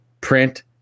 print